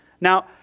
Now